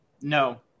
no